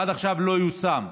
עד עכשיו לא יושם.